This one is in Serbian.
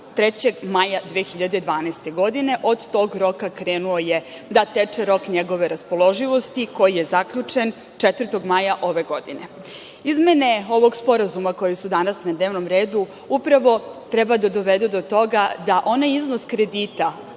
3. maja 2012. godine, od tog roka krenuo je da teče rok njegove raspoloživosti koji je zaključen 4. maja ove godine. Izmene ovog sporazuma koje su danas na dnevnom redu upravo treba da dovedu do toga da onaj iznos kredita